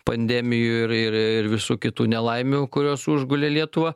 pandemijų ir ir ir visų kitų nelaimių kurios užgulė lietuvą